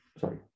sorry